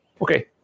Okay